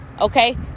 okay